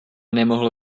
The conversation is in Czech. nemohl